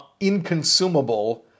inconsumable